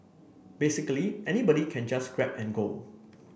basically anybody can just grab and go